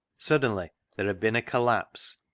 suddenly there had been a collapse,